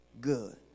good